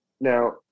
Now